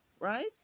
Right